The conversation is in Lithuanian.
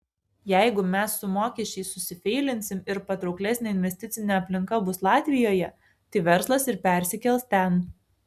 jeigu mes su mokesčiais susifeilinsim ir patrauklesnė investicinė aplinka bus latvijoje tai verslas ir persikels ten